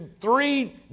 three